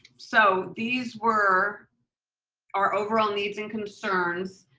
so these were our overall needs and concerns.